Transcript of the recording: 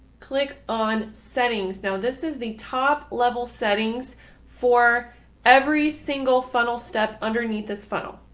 click on settings. now, this is the top level settings for every single funnel step underneath this funnel.